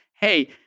hey